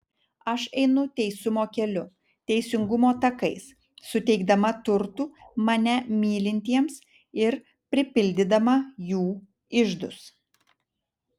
aš einu teisumo keliu teisingumo takais suteikdama turtų mane mylintiems ir pripildydama jų iždus